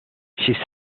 she